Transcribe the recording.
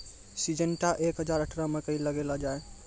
Syngenta एक हजार अठारह मकई लगैलो जाय?